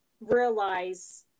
realize